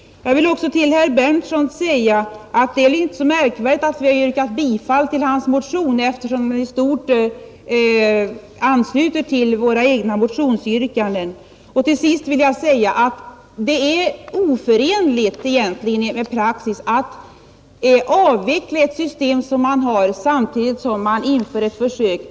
Jag vill till herr Berndtson i Linköping säga att det inte är så märkvärdigt att vi yrkat bifall till hans motion, eftersom den i stort sett ansluter till våra egna motionsyrkanden, Till sist vill jag säga att det egentligen är oförenligt med praxis att avveckla ett system samtidigt som man inför ett försök.